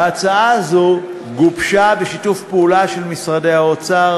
ההצעה הזאת גובשה בשיתוף פעולה של משרדי האוצר,